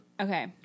Okay